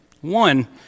One